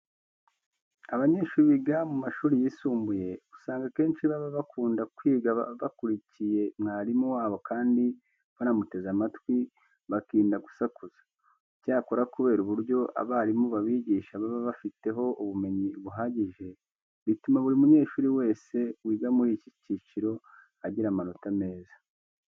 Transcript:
Abanyeshuri biga mu mashuri yisumbuye, usanga akenshi baba bakunda kwiga bakurikiye mwarimu wabo kandi banamuteze amatwi bakirinda gusakuza. Icyakora kubera uburyo abarimu babigisha baba babifiteho ubumenyi buhagije, bituma buri munyeshuri wese wiga muri iki cyiciro agira amanota meza.